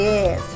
Yes